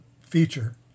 feature